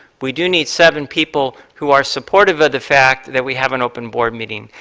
we do need seven people who are supportive of the fact that we have an open board meeting,